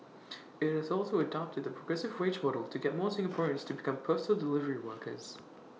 IT has also adopted the progressive wage model to get more Singaporeans to become postal delivery workers